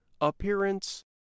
appearance